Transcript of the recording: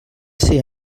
ser